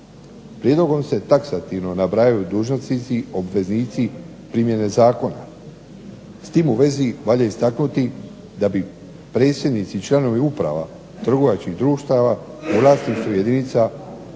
Prijedlogom se taksativno nabrajaju dužnosnici obveznici primjene zakona. S tim u vezi valja istaknuti da pri predsjednici i članovi uprava trgovačkih društava u vlasništvu jedinica